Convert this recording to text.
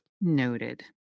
Noted